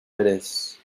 eres